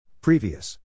Previous